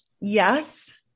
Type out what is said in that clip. Yes